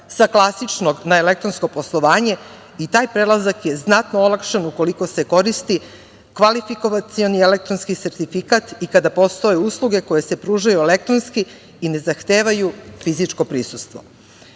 sa klasičnog elektronskog poslovanje i taj prelazak je znatno olakšan ukoliko se koristi kvalifikacioni elektronski sertifikat i kada postoje usluge koje su pružaju elektronski i ne zahtevaju fizičko prisustvo. Ja